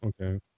Okay